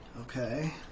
Okay